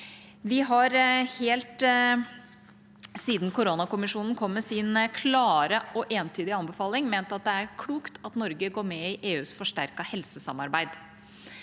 Vi har helt siden koronakommisjonen kom med sin klare og entydige anbefaling, ment at det er klokt at Norge går med i EUs forsterkede helsesamarbeid.